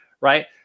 right